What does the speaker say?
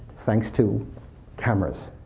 thanks to cameras,